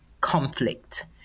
conflict